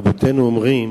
רבותינו אומרים